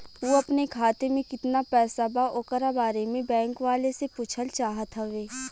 उ अपने खाते में कितना पैसा बा ओकरा बारे में बैंक वालें से पुछल चाहत हवे?